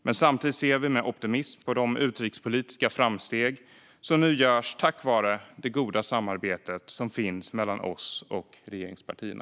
Men samtidigt ser vi med optimism på de utrikespolitiska framsteg som nu görs tack vare det goda samarbete som finns mellan oss och regeringspartierna.